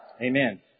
Amen